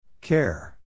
Care